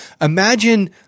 Imagine